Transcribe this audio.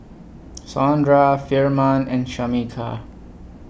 Saundra Firman and Shameka